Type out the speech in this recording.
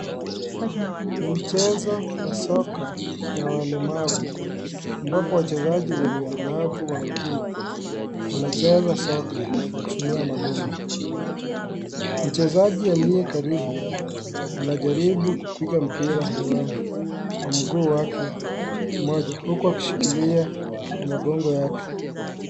Ni mchezo wa soka ya walemavu. Ambapo wachezaji wenye ulemavu wa miguu wanacheza soka kwa kutumia magongo. Mchezaji aliye karibu anajaribu kupiga mpira hewani kwa mguu wake mmoja huku akishikilia kwa magongo yake.